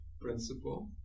principle